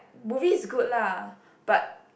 movie is good lah but